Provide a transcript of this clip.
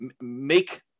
make